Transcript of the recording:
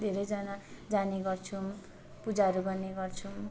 धेरैजना जाने गर्छौँ पूजाहरू गर्ने गर्छौँ